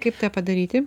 kaip tą padaryti